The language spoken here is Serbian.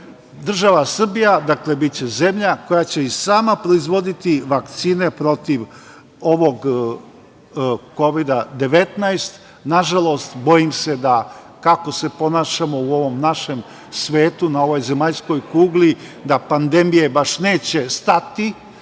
ranije. Država Srbija biće zemlja koja će i sama proizvoditi vakcine protiv ovog Kovida 19. nažalost, bojim se da kako se ponašamo u ovom našem svetu, na ovoj zemaljskoj kugli, da pandemija baš neće stati,